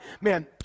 Man